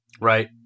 right